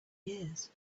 years